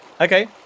Okay